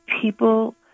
people